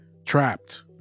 trapped